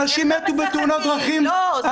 אנשים מתו השבוע בתאונות דרכים יותר